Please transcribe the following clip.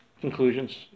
conclusions